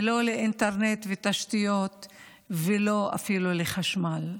לא לאינטרנט ותשתיות ואפילו לא לחשמל,